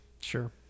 Sure